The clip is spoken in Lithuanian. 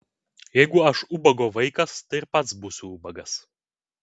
jeigu aš ubago vaikas tai ir pats būsiu ubagas